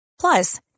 Plus